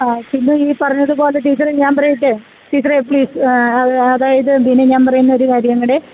ആ പിന്നെ ഈ പറഞ്ഞതുപോലെ ടീച്ചറെ ഞാന് പറയട്ടെ ടീച്ചറെ പ്ലീസ് അതായത് പിന്നെ ഞാൻ പറയുന്ന ഒരു കാര്യം കൂടെ